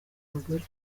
abagore